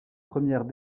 premières